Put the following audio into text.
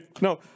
no